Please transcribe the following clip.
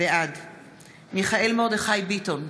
בעד מיכאל מרדכי ביטון,